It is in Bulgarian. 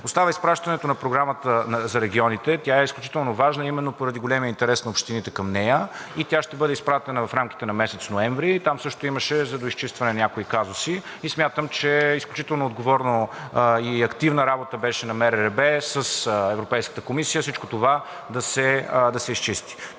Остава изпращането на Програмата за регионите. Тя е изключително важна, именно поради големия интерес на общините към нея и тя ще бъде изпратена в рамките на месец ноември. Там също имаше за доизчистване някои казуси и смятам, че изключително отговорна и активна работа беше на МРРБ с Европейската комисия всичко това да се изчисти.